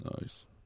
Nice